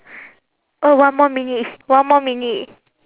oh one more minute one more minute